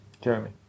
Jeremy